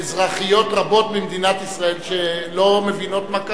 לאזרחיות רבות במדינת ישראל שלא מבינות מה קרה.